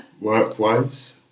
work-wise